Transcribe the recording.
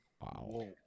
Wow